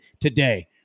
today